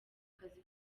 kazi